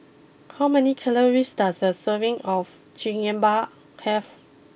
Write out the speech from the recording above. how many calories does a serving of Chigenabe have